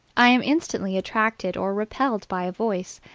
i am instantly attracted or repelled by a voice,